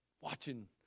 Watching